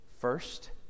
First